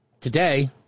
Today